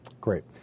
Great